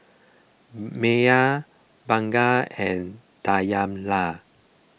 Maya Bunga and Dayana